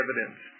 evidence